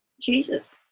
Jesus